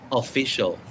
official